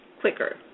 quicker